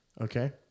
Okay